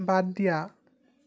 বাদ দিয়া